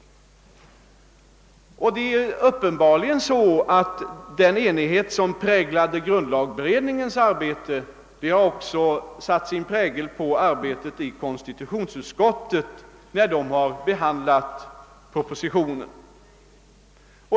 Det är uppenbarligen så att den enighet, som präglade grundlagberedningens arbete, också har satt sin prägel på arbetet i konstitutionsutskottet när det har behandlat propositionen.